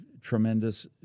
tremendous